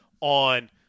on